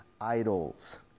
idols